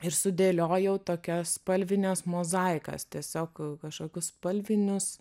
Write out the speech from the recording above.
ir sudėliojau tokias spalvines mozaikas tiesiog kažkokius spalvinius